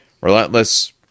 Relentless